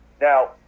Now